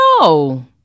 No